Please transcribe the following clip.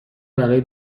برای